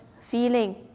feeling